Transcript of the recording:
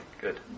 Good